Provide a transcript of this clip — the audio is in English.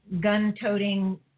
gun-toting